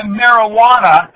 marijuana